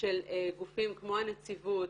של גופים כמו הנציבות,